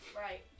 right